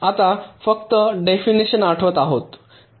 आता फक्त डेफिनेशन आठवत आहोत